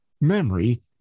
memory